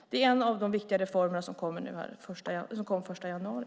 Det är en av de viktiga reformer som infördes den 1 januari.